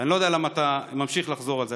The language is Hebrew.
ואני לא יודע למה אתה ממשיך לחזור על זה.